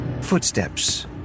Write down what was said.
Footsteps